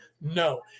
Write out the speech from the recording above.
No